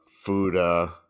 food